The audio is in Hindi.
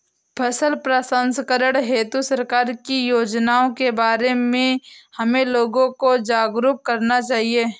फसल प्रसंस्करण हेतु सरकार की योजनाओं के बारे में हमें लोगों को जागरूक करना चाहिए